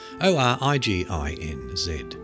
O-R-I-G-I-N-Z